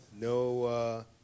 No